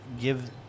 give